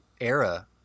era